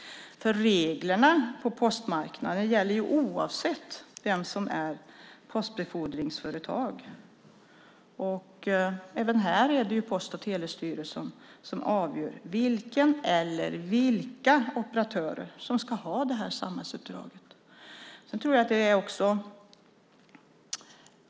Reglerna på postmarknaden gäller oavsett postbefordringsföretag. Även här är det Post och telestyrelsen som avgör vilken eller vilka operatörer som ska ha detta samhällsuppdrag.